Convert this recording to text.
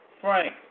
frank